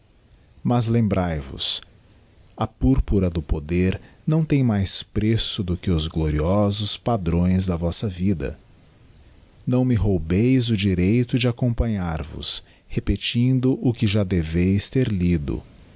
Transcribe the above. mas lembrae vos a purpura do poder não tem mais preço do que os gloriosos padrões da vossa vida não me roubeis o dijeito de acompanhar vos repetindo o que já deveis ter lido